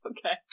Okay